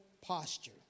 posture